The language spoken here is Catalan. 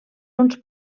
uns